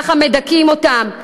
ככה מדכאים אותם.